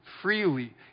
freely